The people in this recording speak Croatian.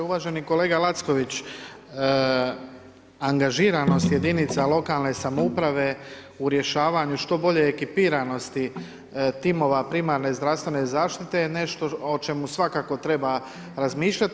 Uvaženi kolega Lacković, angažiranost jedinica lokalne samouprave u rješavanju što bolje ekipiranosti timova primarne zdravstvene zaštite je nešto o čemu svakako treba razmišljati.